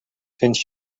cents